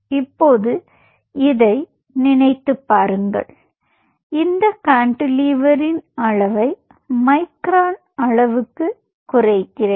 இப்போது இதை நினைத்துப் பாருங்கள் இந்த கான்டிலீவரின் அளவை மைக்ரான் அளவுக்கு குறைக்கிறேன்